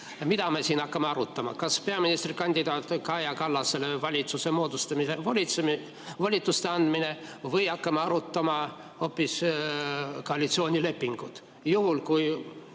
hakkame arutama? Kas peaministrikandidaat Kaja Kallasele valitsuse moodustamiseks volituste andmist või hakkame arutama hoopis koalitsioonilepingut?